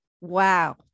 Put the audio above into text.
Wow